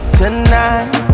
tonight